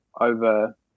over